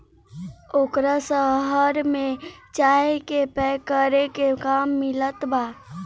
ओकरा शहर में चाय के पैक करे के काम मिलत बा